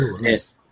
Yes